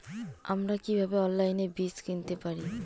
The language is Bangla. আমরা কীভাবে অনলাইনে বীজ কিনতে পারি?